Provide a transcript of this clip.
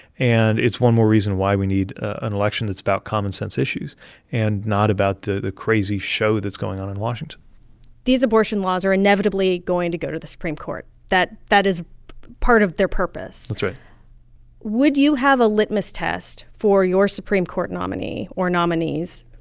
and it's one more reason why we need an election that's about common-sense issues and not about the the crazy show that's going on in washington these abortion laws are inevitably going to go to the supreme court that that is part of their purpose that's right would you have a litmus test for your supreme court nominee or nominees